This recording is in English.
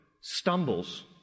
stumbles